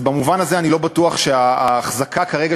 אז במובן הזה אני לא בטוח שההחזקה כרגע